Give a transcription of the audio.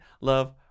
love